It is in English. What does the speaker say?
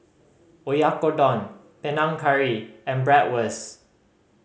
Oyakodon Panang Curry and Bratwurst